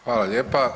Hvala lijepa.